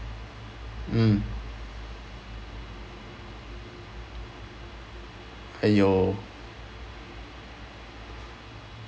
mm !haiyo!